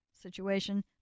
situation